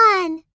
one